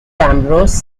ambrose